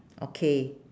okay